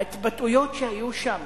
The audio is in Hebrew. ההתבטאויות שהיו שם